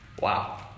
Wow